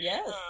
Yes